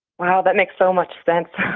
wow, that makes so much sense.